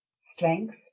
strength